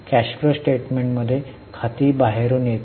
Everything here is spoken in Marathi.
कॅश फ्लो स्टेटमेंटमध्ये खाती बाहेरून येत आहेत